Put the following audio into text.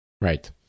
Right